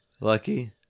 Lucky